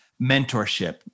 Mentorship